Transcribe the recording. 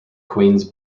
queens